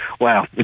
wow